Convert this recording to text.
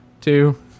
two